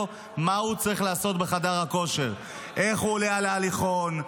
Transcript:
מה הוא צריך לעשות בחדר הכושר איך הוא עולה על ההליכון,